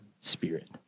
spirit